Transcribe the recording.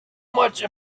much